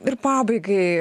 ir pabaigai